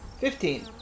Fifteen